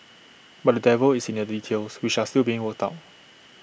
but the devil is in the details which are still being worked out